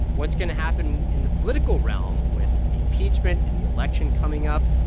what's going to happen in the political realm with the impeachment and the election coming up?